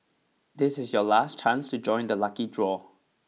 this is your last chance to join the lucky draw